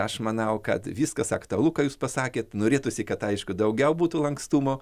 aš manau kad viskas aktualu ką jūs pasakėt norėtųsi kad aišku daugiau būtų lankstumo